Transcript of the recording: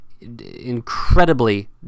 incredibly